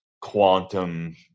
quantum